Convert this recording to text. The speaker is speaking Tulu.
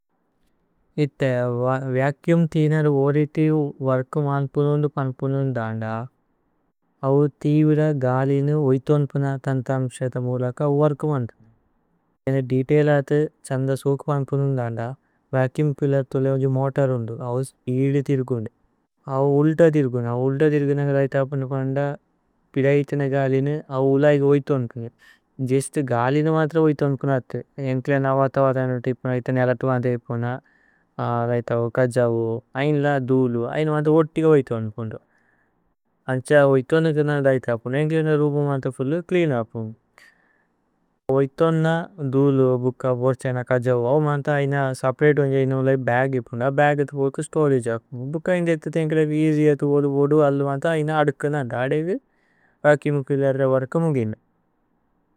ഇഥേ വചൂമ് ച്ലേഅനേര് ഓരിതി വോര്ക്മന്പുനുന്ദു പന്പുനുന്ദന്ദ ഔ ഥീവിര ഗാലിനി ഓഇഥു അന്പുന തന്ഥ അമ്ക്ശേദ മുലക വോര്ക്മന്പുനു കേന ദേതൈല് അഥു ഛന്ദ സോകു പന്പുനുന്ദന്ദ വചൂമ് ഫില്ലേര് ഥുലേ ഉലി മോതോര് ഉന്ദു ഔ സ്പീദു ഥിരുകുന്ദു ഔ ഉല്ദ ഥിരുകുന്ദു ഔ ഉല്ദ ഥിരു കുന്ദു അഗര് ഐഥ അപ്നു പന്ദ പിദൈതിന ഗാലിനി ഔ ഉലൈഗ ഓഇഥു അന്പുനു ജേസ്തു ഗാലിനി മത്ര ഓഇഥു അന്പുന അഥു ഏന്ക്ലേന വത വത നുതിപുന ഐഥ നേലത വത ഇപുന രൈതവ കജവു, ഐന ല ദുലു ഐന വത ഓതിഗ ഓഇഥു അന്പുനു അന്ഛ ഓഇഥോന കേന രൈത അപ്നു ഏന്ക്ലേന രുബു വത ഫുലേ ച്ലേഅന് അപ്നു ഓഇഥോന ദുലു ബുക ബോര്ഛന। കജവു ഔ വത ഐന സേപരതേ ഉന്ദു ഐന ഉലൈ। ബഗ് ഇപുന ബഗ് അഥ ബോതേ സ്തോരഗേ അപ്നു ബുക। ഐന്ദ ഇഥതേ ഏന്ക്ലേകേ ഏഅസ്യ് അഥ ഓദു ഓദു അലു। വത ഐന അദുകന അദേഗ വചൂമ് ഫില്ലേര്ര വര്ക മുഗിന